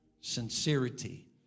Sincerity